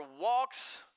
walks